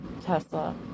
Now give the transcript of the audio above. Tesla